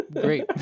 Great